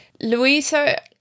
Louisa